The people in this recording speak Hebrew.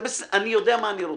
אני יודע מה אני רוצה.